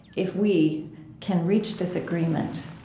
if we can reach this agreement,